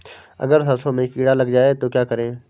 अगर सरसों में कीड़ा लग जाए तो क्या करें?